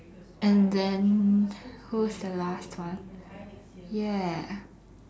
and then who's the last one ya